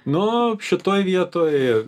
nu šitoj vietoj